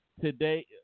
today